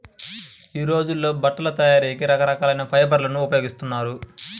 యీ రోజుల్లో బట్టల తయారీకి రకరకాల ఫైబర్లను ఉపయోగిస్తున్నారు